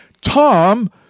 Tom